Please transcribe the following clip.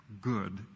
good